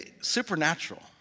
Supernatural